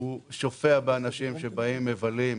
הוא שופע באנשים שבאים מלווים,